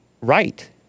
right